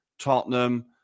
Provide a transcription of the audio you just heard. Tottenham